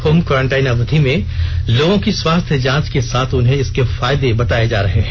home quarantine अवधि में लोगों की स्वास्थ्य जांच के साथ उन्हें इसके फायदे बताए जा रहे हैं